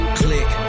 click